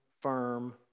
firm